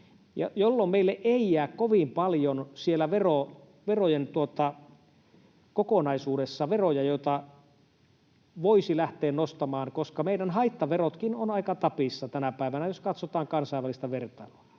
jolloin meille ei jää kovin paljon siellä verojen kokonaisuudessa veroja, joita voisi lähteä nostamaan, koska meidän haittaverotkin ovat aika tapissa tänä päivänä, jos katsotaan kansainvälistä vertailua.